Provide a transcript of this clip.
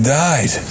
died